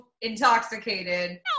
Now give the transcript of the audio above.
intoxicated